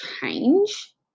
change